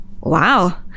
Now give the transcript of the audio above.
wow